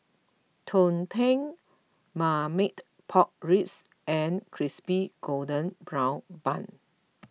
Tumpeng Marmite Pork Ribs and Crispy Golden Brown Bun